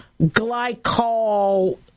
glycol